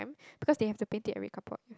because they have to paint it very couple